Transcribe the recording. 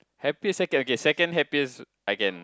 happiest second okay second happiest I can